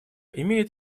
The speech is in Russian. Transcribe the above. имеет